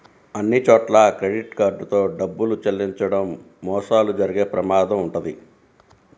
అన్నిచోట్లా credit card తో డబ్బులు చెల్లించడం మోసాలు జరిగే ప్రమాదం వుంటది